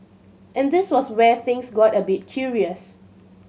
and this was where things got a bit curious